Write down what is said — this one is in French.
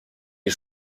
les